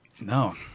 No